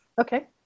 Okay